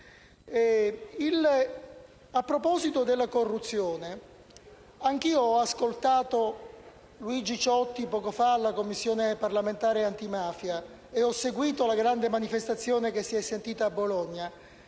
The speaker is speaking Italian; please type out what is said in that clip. A proposito della corruzione, anche io ho ascoltato Luigi Ciotti, poco fa, in Commissione parlamentare antimafia, e ho seguito la grande manifestazione di Bologna.